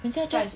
你 just